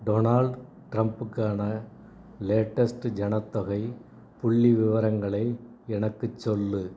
Donald ட்ரம்புக்கான latest ஜனத்தொகை புள்ளிவிவரங்களை எனக்குச் சொல்